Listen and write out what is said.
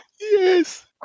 Yes